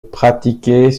pratiquait